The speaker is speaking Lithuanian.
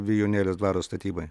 vijūnėlės dvaro statybai